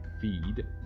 feed